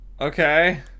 Okay